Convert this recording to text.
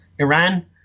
Iran